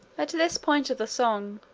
at this point of the song,